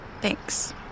Thanks